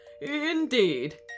indeed